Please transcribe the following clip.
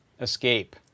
escape